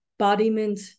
embodiment